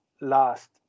last